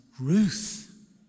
ruth